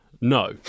no